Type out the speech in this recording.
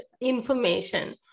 information